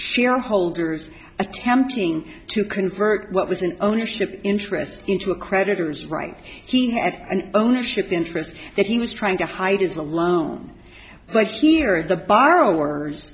shareholders attempting to convert what was an ownership interest into a creditors right here at an ownership interest that he was trying to hide is a loan but here is the borrowers